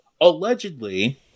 allegedly